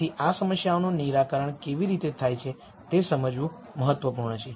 તેથી આ સમસ્યાઓનું નિરાકરણ કેવી રીતે થાય છે તે સમજવું મહત્વપૂર્ણ છે